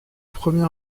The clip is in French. premier